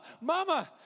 mama